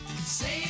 Save